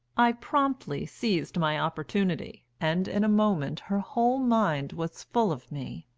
i promptly seized my opportunity, and in a moment her whole mind was full of me.